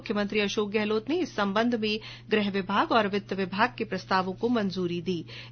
मुख्यमंत्री अशोक गहलोत ने इस संबंध में गृह विभाग और वित्त विभाग के प्रस्तावों को मंजूरी दे दी है